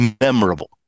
memorable